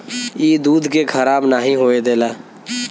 ई दूध के खराब नाही होए देला